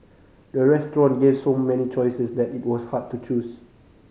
the restaurant gave so many choices that it was hard to choose